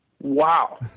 Wow